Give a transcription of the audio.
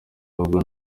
ahubwo